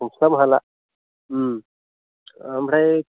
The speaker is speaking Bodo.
हमस्लाबनो हाला ओमफ्राय